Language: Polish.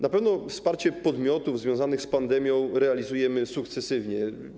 Na pewno wsparcie podmiotów związanych z pandemią realizujemy sukcesywnie.